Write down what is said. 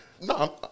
No